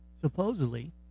supposedly